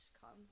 comes